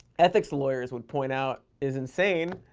ethics lawyers would point out is insane.